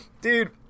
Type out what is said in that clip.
Dude